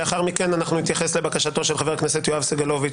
לאחר מכן אנחנו נתייחס לבקשתו של חבר הכנסת יואב סגלוביץ,